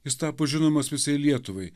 jis tapo žinomas visai lietuvai